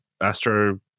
Astro